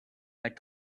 that